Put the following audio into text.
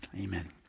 amen